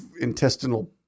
intestinal